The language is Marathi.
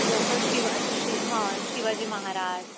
जसं शिवा हां शिवाजी महाराज